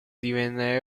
divenne